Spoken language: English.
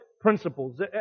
principles